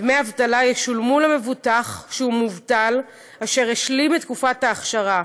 דמי אבטלה ישולמו למבוטח שהוא מובטל אשר השלים את תקופת האכשרה,